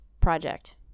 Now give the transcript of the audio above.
project